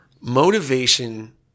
Motivation